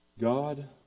God